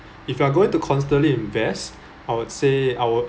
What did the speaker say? if you are going to constantly invest I would say our